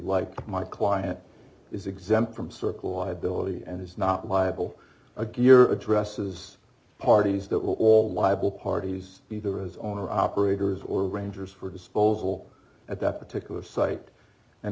that my client is exempt from circle i believe and is not liable a gear addresses parties that will all liable parties either as owner operators or rangers for disposal at that particular site and